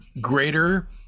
greater